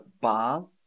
bars